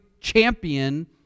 Champion